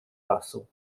lasu